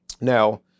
Now